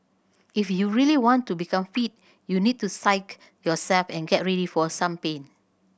if you really want to become fit you need to psyche yourself and get ready for some pain